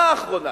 בשנה האחרונה